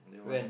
oh